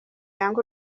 yanga